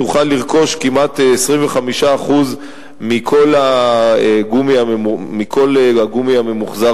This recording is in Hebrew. תוכל לרכוש כמעט 25% מכל הגומי הממוחזר